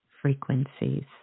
frequencies